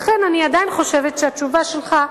לכן אני עדיין חושבת שהתשובה שלך,